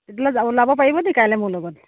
তেতিয়াহ'লে যা ওলাব পাৰিব নি কাইলৈ মোৰ লগত